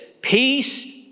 peace